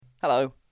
Hello